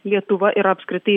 lietuva yra apskritai